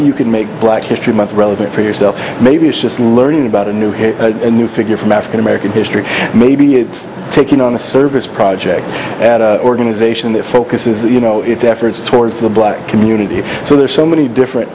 you can make black history month relevant for yourself maybe it's just learning about a new new figure from african american history maybe it's taking on a service project at a organization that focuses you know its efforts towards black community so there are so many different